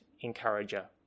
encourager